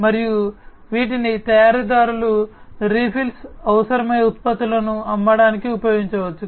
మరియు వీటిని తయారీదారులు రీఫిల్స్ అవసరమయ్యే ఉత్పత్తులను అమ్మడానికి ఉపయోగించవచ్చు